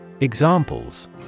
examples